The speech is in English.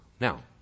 Now